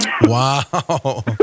wow